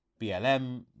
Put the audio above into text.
BLM